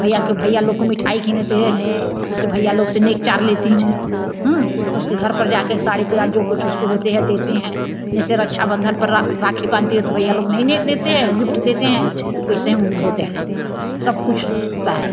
भईया को भईया लोग को मिठाई खिलाते हैं उस भईया लोग से नेकचार लेती हूँ उसके घर पर जाके साड़ी पला जो कुछ उसको होते है देते हैं जैसे रक्षाबंधन पर राखी बांधती हूँ तो भईया लोग नहीं नेक देते है गिफ्ट देते हैं उससे हम वो होते हैं सब कुछ होता है